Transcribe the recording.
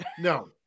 No